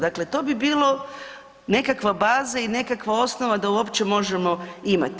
Dakle, to bi bilo nekakva baza i nekakva osnova da uopće možemo imati.